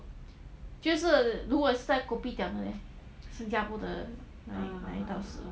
就是如果你是在 kopitiam 的 leh 新加坡的哪一道食物